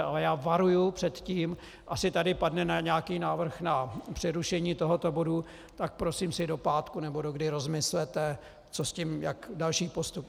Ale já varuju před tím, asi tady padne nějaký návrh na přerušení tohoto bodu, tak prosím si do pátku nebo dokdy rozmyslete, co s tím, další postup.